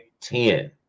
Ten